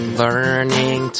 learning